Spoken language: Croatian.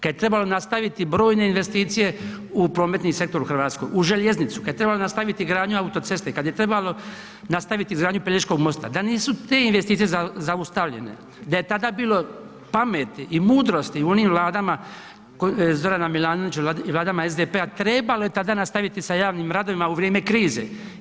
Kad je trebalo nastaviti brojne investicije, u prometni sektor u Hrvatskoj, u željeznicu, kad je trebalo nastaviti gradnju autoceste, kad je trebalo nastaviti izgradnju Pelješkog mosta, da nisu te investicije zaustavljene, da je tada bilo pameti i mudrosti u onim vladama Zorana Milanovića i vlada SDP-a, trebalo je tada nastaviti sa javnim radovima u vrijeme krize.